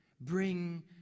bring